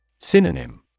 Synonym